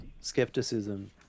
skepticism